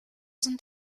sind